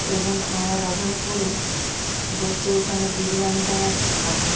এবং খাবার অর্ডার করে বলছে ওখানে বিরিয়ানিটা নাকি খারাপ